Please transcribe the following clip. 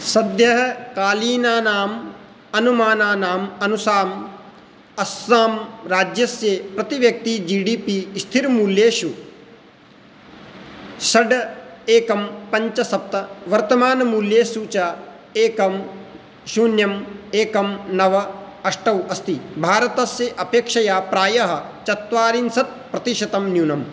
सद्यः कालीनानाम् अनुमानानाम् अनुसारम् अस्सां राज्यस्य प्रतिव्यक्तिः जि डि पि स्थिरमूल्येषु षट् एकं पञ्च सप्त वर्तमानमूल्येषु च एकं शून्यम् एकं नव अष्टौ अस्ति भारतस्य अपेक्षया प्रायः चत्वारिंशत् प्रतिशतं न्यूनम्